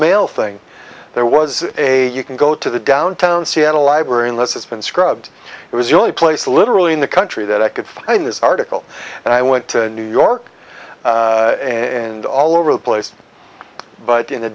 male thing there was a you can go to the downtown seattle library unless it's been scrubbed it was the only place literally in the country that i could find this article and i went to new york and all over the place but in